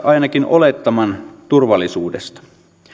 ainakin olettaman turvallisuudesta